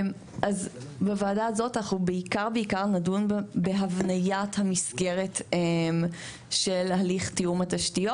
אז בוועדה הזאת אנחנו בעיקר נדון בהבניית המסגרת של הליך תיאום התשתיות.